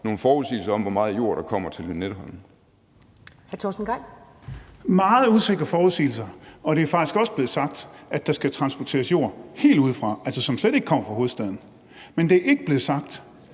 Hr. Torsten Gejl. Kl. 19:46 Torsten Gejl (ALT): Det er meget usikre forudsigelser, og det er faktisk også blevet sagt, at der skal transporteres jord helt udefra, altså som slet ikke kommer fra hovedstaden. Men det er ikke blevet sagt,